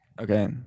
Okay